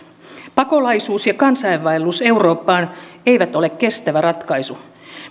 pakolaisuus ja kansainvaellus eurooppaan eivät ole kestävä ratkaisu